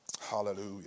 Hallelujah